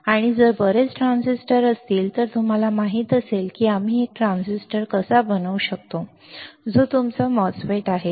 आणि जर बरेच ट्रान्झिस्टर असतील तर तुम्हाला माहित असेल की आम्ही एक ट्रान्झिस्टर कसा बनवू शकतो जो तुमचा MOSFET आहे